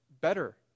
better